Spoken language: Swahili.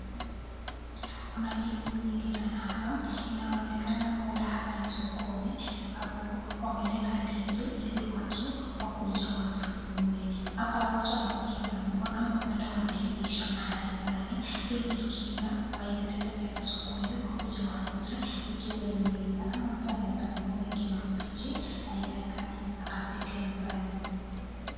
Kuna ndizi nyingi sana hapa, inaonekana huenda hapa ni sokoni, ambapo wameleta ndizi ili watu wakuje wazinunue, hapa watu wanakuja kununua ama huenda wanaivisha mahali fulani, ili ikiiva wailete tena sokoni waweze kuja wauze ikiwa imeiva ama mtu anaweza nunua ikiwa mbichi aende akapike nyumbani.